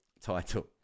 title